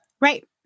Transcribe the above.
Right